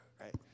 right